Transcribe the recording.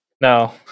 No